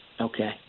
Okay